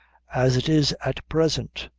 as it is at present,